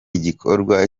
igikorwa